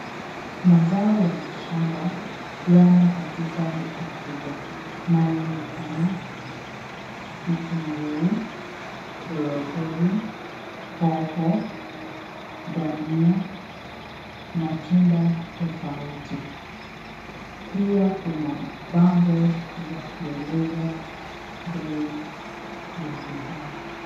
Mazao ya mashamba yamo katika duka kubwa nayo ni kama vitunguu, borokori, hoho, dania, matunda tofauti pia kuna bango za kueleza bei ya bidhaa.